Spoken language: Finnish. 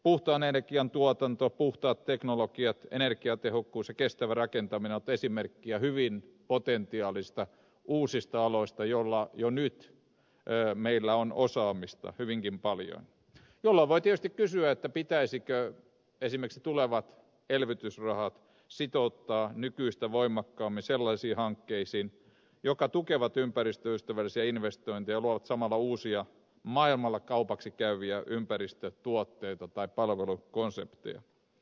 puhtaan energian tuotanto puhtaat teknologiat energiatehokkuus ja kestävä rakentaminen ovat esimerkkejä hyvin potentiaalisista uusista aloista joilla jo nyt meillä on osaamista hyvinkin paljon jolloin voi tietysti kysyä pitäisikö esimerkiksi tulevat elvytysrahat sitouttaa nykyistä voimakkaammin sellaisiin hankkeisiin jotka tukevat ympäristöystävällisiä investointeja ja luovat samalla uusia maailmalla kaupaksi käyviä ympäristötuotteita tai palvelukonsepteja